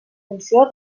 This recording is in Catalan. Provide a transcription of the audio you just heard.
funció